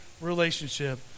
relationship